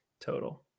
total